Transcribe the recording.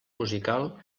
musical